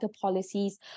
policies